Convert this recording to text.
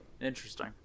Interesting